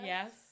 Yes